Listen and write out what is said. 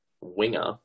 winger